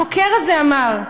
החוקר הזה אמר: